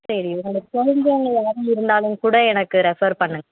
சரி உங்களுக்கு தெரிஞ்சவங்க யாரும் இருந்தாலும் கூட எனக்கு ரெஃபர் பண்ணுங்கள்